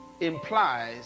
implies